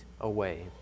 away